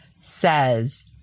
says